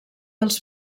els